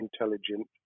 intelligent